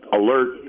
alert